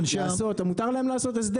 מותר להם לעשות הסדר.